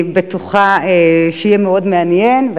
אני בטוחה שיהיה מאוד מעניין,